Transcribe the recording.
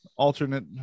Alternate